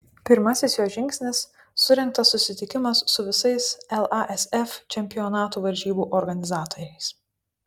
pirmasis jo žingsnis surengtas susitikimas su visais lasf čempionatų varžybų organizatoriais